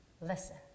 listen